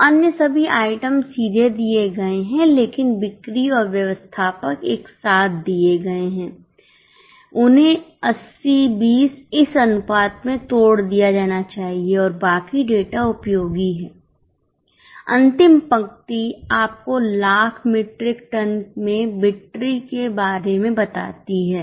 तो अन्य सभी आइटम सीधे दिए गए हैं लेकिन बिक्री और व्यवस्थापक एक साथ दिए गए हैं उन्हें 80 20 इस अनुपात में तोड़ दिया जाना चाहिए और बाकी डेटा उपयोगी है अंतिम पंक्ति आपको लाख मीट्रिक टन में बिक्री के बारे में भी बताती है